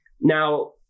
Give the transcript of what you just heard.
Now